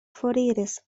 foriris